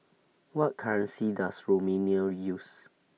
What currency Does Romania use